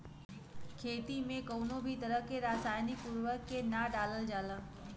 खेती में कउनो भी तरह के रासायनिक उर्वरक के ना डालल जाला